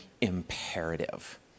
imperative